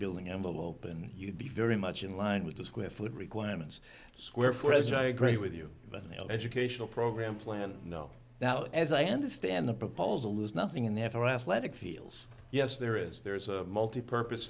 building envelope and you'd be very much in line with the square foot requirements square foot as i agree with you on the educational program plan no doubt as i understand the proposal is nothing in there for athletic feels yes there is there is a multipurpose